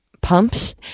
pumps